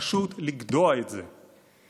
פשוט לגדוע את זה.